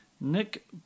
Nick